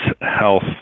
health